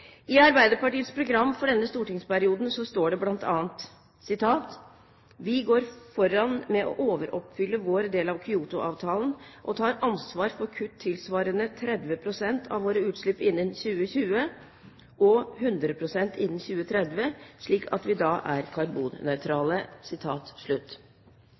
I Arbeiderpartiets program for denne stortingsperioden står det bl.a.: «Vi går foran med å overoppfylle vår del av Kyoto-avtalen, og tar ansvar for kutt tilsvarende 30 prosent av våre utslipp innen 2020, og 100 prosent innen 2030, slik at vi da er